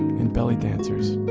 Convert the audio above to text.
and belly dancers.